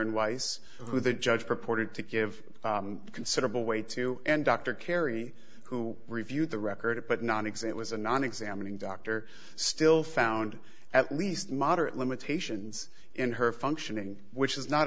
and weiss who the judge purported to give considerable weight to and dr carey who reviewed the record but not exit was a non examining doctor still found at least moderate limitations in her functioning which is not